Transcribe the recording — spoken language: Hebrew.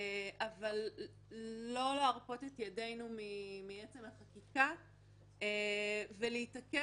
אבל לא להרפות את ידינו מעצם החקיקה ולהתעקש